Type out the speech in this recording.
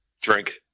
Drink